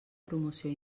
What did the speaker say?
promoció